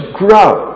grow